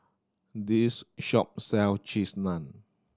this shop sells Cheese Naan